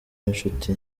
w’inshuti